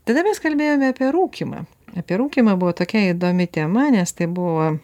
tada mes kalbėjome apie rūkymą apie rūkymą buvo tokia įdomi tema nes tai buvo